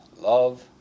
love